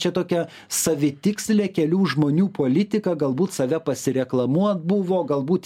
čia tokia savitikslė kelių žmonių politika galbūt save pasireklamuot buvo galbūt